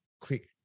quick